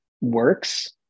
works